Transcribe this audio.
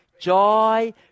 joy